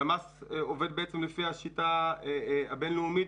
למ"ס עובדת לפי השיטה הבין לאומית